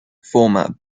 format